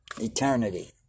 eternity